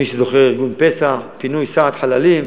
מי שזוכר, ארגון פס"ח, פינוי סעד חללים,